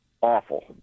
awful